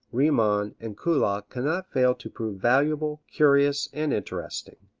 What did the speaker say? riemann and kullak cannot fail to prove valuable, curious and interesting.